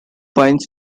binds